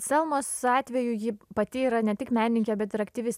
selmos atveju ji pati yra ne tik menininkė bet ir aktyvis